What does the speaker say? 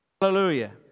Hallelujah